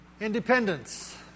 Independence